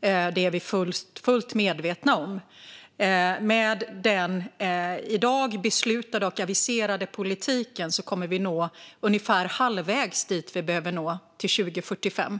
Det är vi fullt medvetna om. Med den i dag beslutade och aviserade politiken kommer vi att nå ungefär halvvägs dit vi behöver nå till 2045.